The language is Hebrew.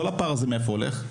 כל הפער הזה מאיפה הולך?